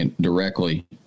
directly